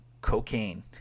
cocaine